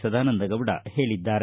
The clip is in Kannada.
ಸದಾನಂದಗೌಡ ಹೇಳಿದ್ದಾರೆ